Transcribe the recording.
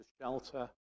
shelter